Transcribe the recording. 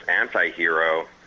anti-hero